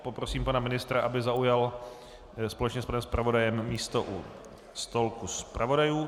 Poprosím pana ministra, aby zaujal společně s panem zpravodajem místo u stolku zpravodajů.